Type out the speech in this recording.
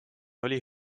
oli